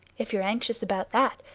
if you're anxious about that,